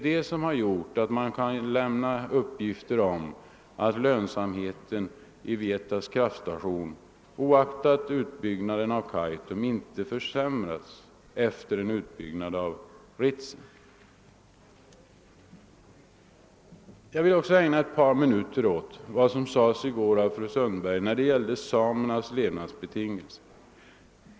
Detta motiverar uppgiften om att lönsamheten vid Vietas kraftstation oaktat utbyggnaden av Kaitum inte försämras efter en utbyggnad av Ritsem. Jag vill även ägna ett par minuter åt vad fru Sundberg i går sade om samernas levnadsbetingelser.